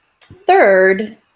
Third